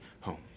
home